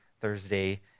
Thursday